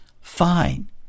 fine